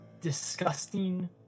disgusting